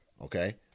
okay